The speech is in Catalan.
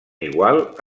igual